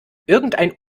irgendein